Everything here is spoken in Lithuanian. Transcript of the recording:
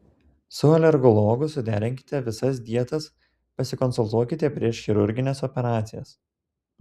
su alergologu suderinkite ir visas dietas pasikonsultuokite prieš chirurgines operacijas